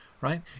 right